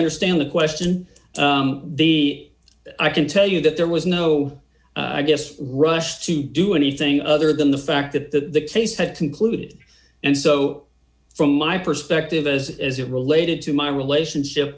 understand the question the i can tell you that there was no i guess rush to do anything other than the fact that the case had concluded and so from my perspective as as it related to my relationship